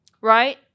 Right